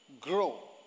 grow